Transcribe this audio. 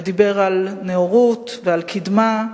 ודיבר על נאורות ועל קדמה,